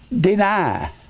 deny